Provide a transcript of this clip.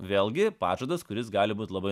vėlgi pažadas kuris gali būt labai